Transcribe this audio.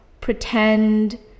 pretend